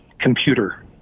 computer